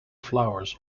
flowers